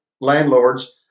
landlords